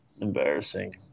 embarrassing